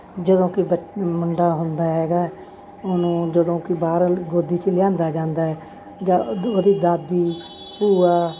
ਜਦੋਂ ਕਿ ਬੱਚੇ ਮੁੰਡਾ ਹੁੰਦਾ ਹੈਗਾ ਉਹਨੂੰ ਜਦੋਂ ਕਿ ਬਾਹਰ ਗੋਦੀ 'ਚ ਲਿਆਉਂਦਾ ਜਾਂਦਾ ਹੈ ਜਾਂ ਉਹਦੀ ਦਾਦੀ ਭੂਆ